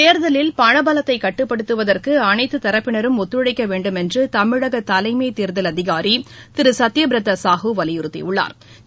தேர்தலில் பணபலத்தை கட்டுப்படுத்துவதற்கு அனைத்து தரப்பினரும் ஒத்துழைக்க வேண்டுமென்று தமிழக தலைமை தேர்தல் அதிகாரி திரு சுத்ய பிரதா சாஹூ வலியுறுத்தியுள்ளாா்